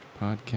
Podcast